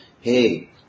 hey